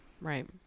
Right